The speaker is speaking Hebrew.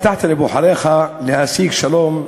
הבטחת לבוחריך להשיג שלום,